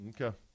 Okay